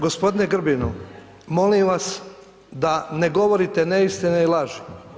Gospodine Grbinu, molim vas da ne govorite neistine i laži.